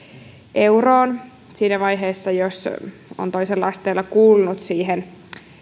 euroon siinä vaiheessa jos toisella asteella kuuluu siihen